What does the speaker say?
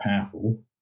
powerful